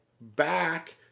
back